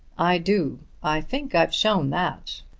i do i think i've shown that.